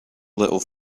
little